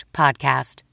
podcast